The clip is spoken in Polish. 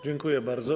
Dziękuję bardzo.